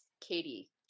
Katie